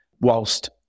whilst